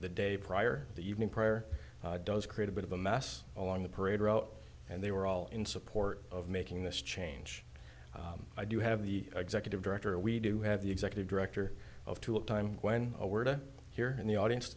the day prior the evening prayer does create a bit of a mess along the parade route and they were all in support of making this change i do have the executive director we do have the executive director of two a time when we're here in the audience